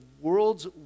world's